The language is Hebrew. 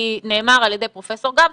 כי נאמר על ידי פרופ' גמזו,